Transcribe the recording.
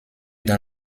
dans